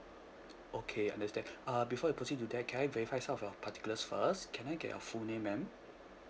okay understand uh before we proceed to that can I verify some of your particulars first can I get your full name ma'am